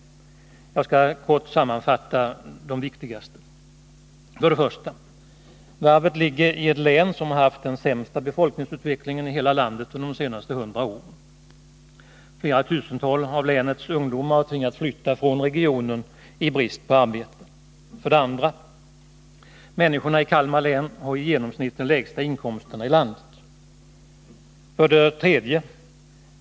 Jag skall kort sammanfatta de viktigaste: 1. Varvet ligger i det län som haft den sämsta befolkningsutvecklingen i hela landet under de senaste hundra åren. Flera tusental av länets ungdomar har tvingats flytta från regionen i brist på arbete. 2. Människorna i Kalmar län har de i genomsnitt lägsta inkomsterna i landet. 3.